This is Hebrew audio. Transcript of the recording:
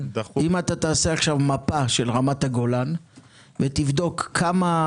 אם תעשה עכשיו מפה של רמת הגולן ותבדוק כמה